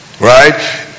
right